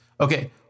Okay